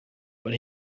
but